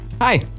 hi